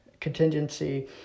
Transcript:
contingency